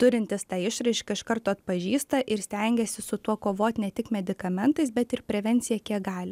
turintys tą išraišką iš karto atpažįsta ir stengiasi su tuo kovot ne tik medikamentais bet ir prevencija kiek gali